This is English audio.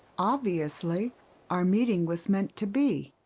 obviously our meeting was meant to be!